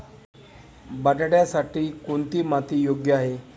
बटाट्यासाठी कोणती माती योग्य आहे?